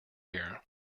here